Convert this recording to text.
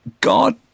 God